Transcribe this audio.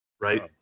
right